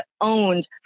owned